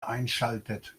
einschaltet